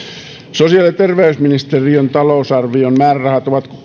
sosiaali ja terveysministeriön talousarvion määrärahat ovat